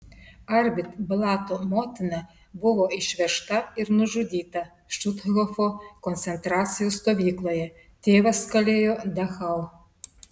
arbit blato motina buvo išvežta ir nužudyta štuthofo koncentracijos stovykloje tėvas kalėjo dachau